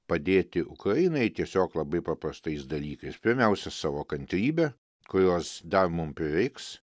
padėti ukrainai tiesiog labai paprastais dalykais pirmiausia savo kantrybe kurios dar mums prireiks